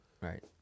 right